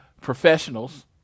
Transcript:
Professionals